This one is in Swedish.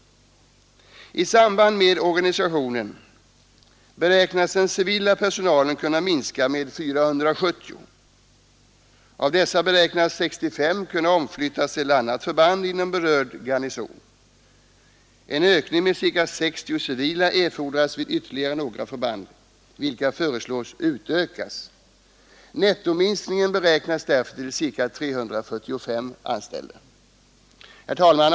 I samband med omorganisationen beräknas den civila personalen kunna minska med 470. Av dessa beräknas ca 65 kunna omflyttas till annat förband inom berörd garnison. En ökning med ca 60 civila erfordras vid ytterligare några förband, vilka föreslås utökas. Nettominskningen beräknas därför till ca 345 anställda. Herr talman!